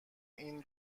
این